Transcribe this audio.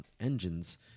Engines